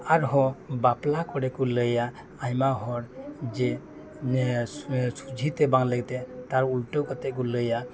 ᱟᱨ ᱦᱚᱸ ᱵᱟᱯᱞᱟ ᱠᱚᱨᱮ ᱠᱚ ᱞᱟᱹᱭᱟ ᱟᱭᱢᱟ ᱦᱚᱲ ᱡᱮ ᱥᱚᱡᱷᱮᱛᱮ ᱵᱟᱝ ᱞᱟᱹᱭ ᱠᱟᱛᱮᱫ ᱛᱟᱨ ᱩᱞᱴᱟᱹᱣ ᱠᱟᱛᱮᱫ ᱠᱚ ᱞᱟᱹᱭᱟ